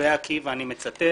הקובע כי ואני מצטט